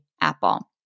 Apple